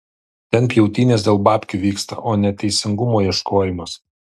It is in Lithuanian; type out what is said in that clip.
ten pjautynės dėl babkių vyksta o ne teisingumo ieškojimas